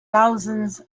thousands